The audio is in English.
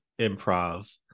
improv